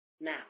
now